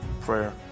prayer